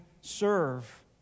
serve